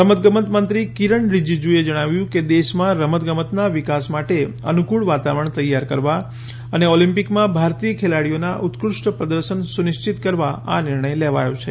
રમતગમત મંત્રી કિરણ રિજીજુએ જણાવ્યું કે દેશમાં રમતગમતના વિકાસ માટે અનૂકળ વાતાવરણ તૈયાર કરવા અને ઓલોમ્પિકમાં ભારતીય ખેલાડીઓના ઉત્કૃષ્ટ પ્રદર્શન સુનિશ્ચિત કરવા આ નિર્ણય લેવાયો છે